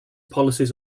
policies